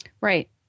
Right